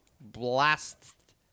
blast